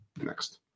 Next